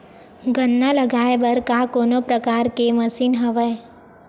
गन्ना लगाये बर का कोनो प्रकार के मशीन हवय?